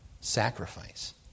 sacrifice